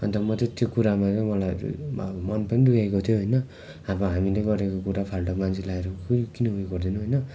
अन्त म चाहिँ त्यो कुरामा मलाई मन पनि दुखेको थियो होइन अब हामीले गरेको कुरा फाल्टु मान्छे लाएर कही किन उयो गरिदिनु होइन